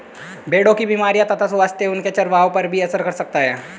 भेड़ों की बीमारियों तथा स्वास्थ्य उनके चरवाहों पर भी असर कर सकता है